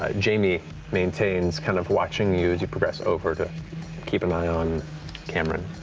ah jamie maintains, kind of watching you as you progress over to keep an eye on cameron.